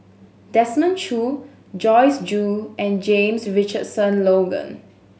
Desmond Choo Joyce Jue and James Richardson Logan